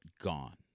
gone